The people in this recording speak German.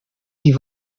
die